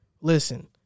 Listen